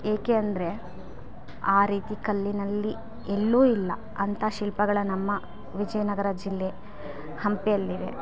ಏಕೆ ಅಂದರೆ ಆ ರೀತಿ ಕಲ್ಲಿನಲ್ಲಿ ಎಲ್ಲೂ ಇಲ್ಲ ಅಂಥ ಶಿಲ್ಪಗಳ ನಮ್ಮ ವಿಜಯನಗರ ಜಿಲ್ಲೆ ಹಂಪಿಯಲ್ಲಿವೆ